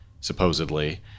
supposedly